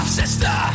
sister